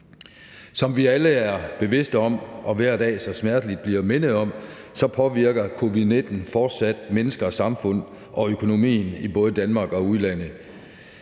Som vi alle er bevidst om og hver dag så smerteligt bliver mindet om, påvirker covid-19 fortsat mennesker og samfund og økonomien i både Danmark og udlandet.